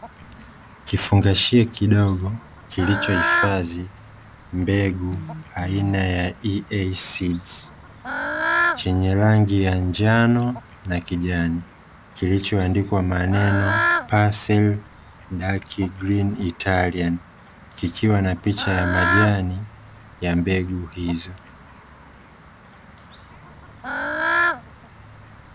Kifungashio kidogo kilichohifadhi mbegu aina ya "EA SEED", chenye rangi ya njano na kijani, kilichoandikwa maneno "Parsley Dark Green Italian", kikiwa na picha ya majani ya mbegu hizo.